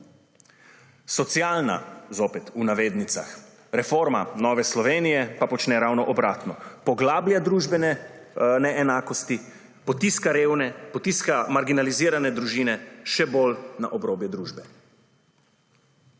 »Socialna« - zopet v navednicah - reforma Nove Slovenije pa počne ravno obratno, poglablja družbene neenakosti, potiska revne, potiska marginalizirane družine še bolj na obrobje družbe.